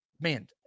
Man